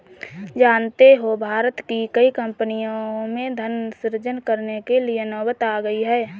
जानते हो भारत की कई कम्पनियों में धन सृजन करने की नौबत आ गई है